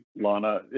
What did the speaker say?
Lana